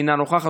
אינה נוכחת,